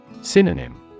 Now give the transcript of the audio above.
Synonym